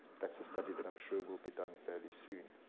that's a study that i'm sure will be done fairly soon.